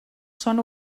són